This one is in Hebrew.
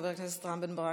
חבר הכנסת רם בן ברק,